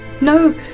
no